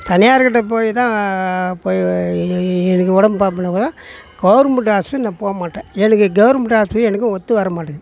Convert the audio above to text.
தனியாருக்கிட்டே போய் தான் போய் எனக்கு உடம்பு பார்ப்பனே ஒழிய கவர்மெண்ட்டு ஆஸ்பித்திரி நான் போக மாட்டேன் எனக்கு கவர்மெண்ட்டு ஆஸ்பித்திரி எனக்கு ஒத்து வர மாட்டுது